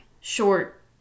short